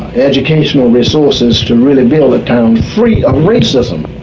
educational resources to really build a town free of racism.